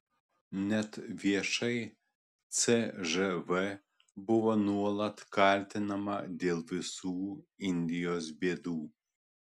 net viešai cžv buvo nuolat kaltinama dėl visų indijos bėdų